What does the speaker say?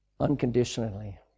unconditionally